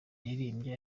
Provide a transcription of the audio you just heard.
yaririmbye